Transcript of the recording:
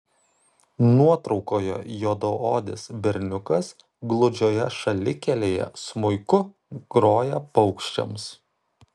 nuotraukoje juodaodis berniukas gludžioje šalikelėje smuiku groja paukščiams